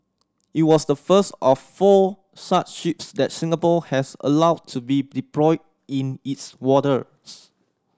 it was the first of four such ships that Singapore has allowed to be deployed in its waters